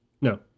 No